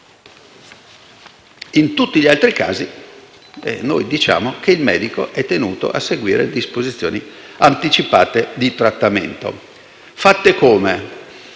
In tutti gli altri casi, noi diciamo che il medico è tenuto a seguire le disposizioni anticipate di trattamento. Fatte come?